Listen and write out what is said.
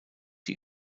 die